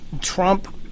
Trump